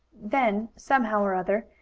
then, somehow or other,